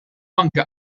anke